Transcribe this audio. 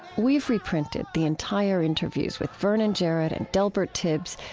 we've reprinted the entire interviews with vernon jarrett and delbert tibbs,